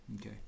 okay